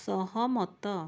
ସହମତ